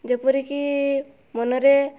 ଯେପରିକି ମନରେ